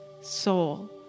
soul